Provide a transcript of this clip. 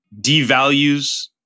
devalues